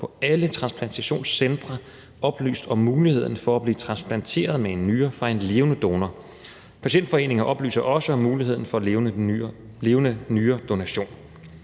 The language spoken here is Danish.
på alle transplantationscentre oplyst om muligheden for at blive transplanteret med en nyre fra en levende donor, og patientforeningerne oplyser også om muligheden for levende nyredonation.